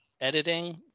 editing